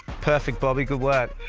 perfect bobby, good work.